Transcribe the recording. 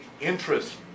interest